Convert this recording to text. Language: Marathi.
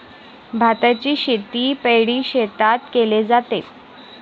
भाताची शेती पैडी शेतात केले जाते